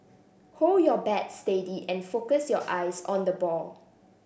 hold your bat steady and focus your eyes on the ball